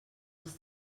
els